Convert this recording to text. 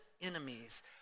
enemies